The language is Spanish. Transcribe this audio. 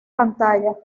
pantalla